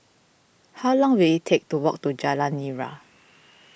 how long will it take to walk to Jalan Nira